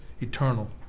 eternal